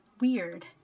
weird